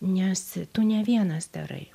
nes tu ne vienas darai